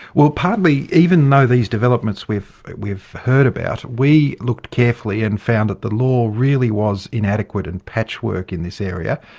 well, partly, even though these developments we've we've heard about, we looked carefully and found that the law really was inadequate and patchwork in this area,